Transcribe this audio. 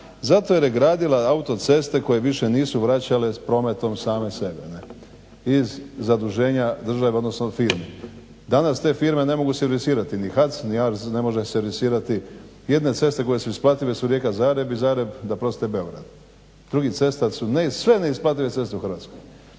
Zato jer je gradila autoceste koje više nisu vraćale s prometom same sebe iz zaduženja države, odnosno firmi. Danas te firme se ne mogu servisirati ni HAC, ni …/Ne razumije se./…, ne može servisirati, jedine ceste koje su isplatile su Rijeka-Zagreb, i Zagreb da prostite Beograd, drugih cesta su, sve neisplative ceste u Hrvatskoj.